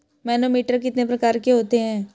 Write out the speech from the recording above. Manometer कितने प्रकार के होते हैं?